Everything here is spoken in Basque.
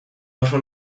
oso